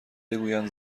بگویند